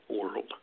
world